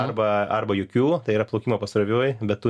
arba arba jokių tai yra plaukimo pasroviui bet tu